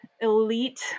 elite